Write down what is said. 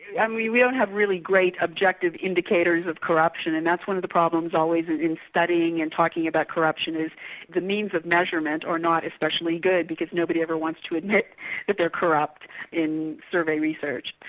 yeah we we don't have really great objective indicators of corruption, and that's one of the problems always is in studying and talking about corruption, is the means of measurement are not especially good, because nobody ever wants to admit that they're corrupt in survey research.